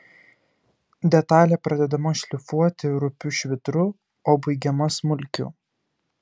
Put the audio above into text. detalė pradedama šlifuoti rupiu švitru o baigiama smulkiu